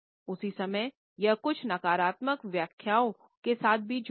उस ही समय यह कुछ नकारात्मक व्याख्याओं के साथ भी जुड़ा हुआ है